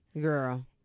Girl